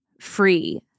free